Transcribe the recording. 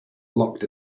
locked